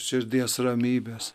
širdies ramybės